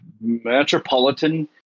metropolitan